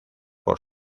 por